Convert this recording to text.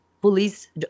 police